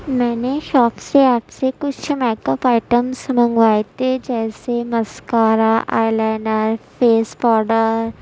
میں نے شاپ سے آپ سے کچھ میک اپ آئٹمس منگوائے تھے جیسے mascara eyeliner face powder